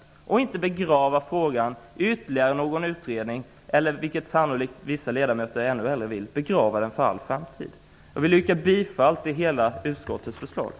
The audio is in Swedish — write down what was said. Vi får inte begrava frågan i ytterligare en utredning eller, vilket sannolikt vissa ledamöter ännu hellre vill, begrava den för all framtid. Jag vill yrka bifall till utskottets hemställan.